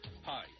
Hi